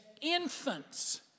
infants